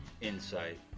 Insight